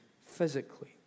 physically